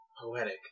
poetic